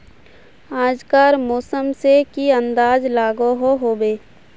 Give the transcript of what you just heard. आज कार मौसम से की अंदाज लागोहो होबे?